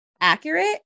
accurate